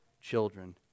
children